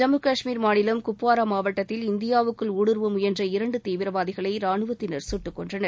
ஜம்மு கஷ்மீர் மாநிலம் குப்வாரா மாவட்டத்தில் இந்தியாவுக்குள் ஊடுருவ முயன்ற இரண்டு தீவிரவாதிகளை ராணுவத்தினர் சுட்டுக் கொன்றனர்